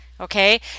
Okay